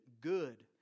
good